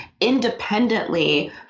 independently